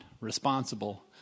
responsible